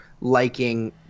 liking